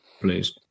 please